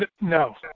No